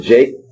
Jake